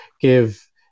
give